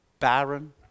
Barren